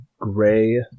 gray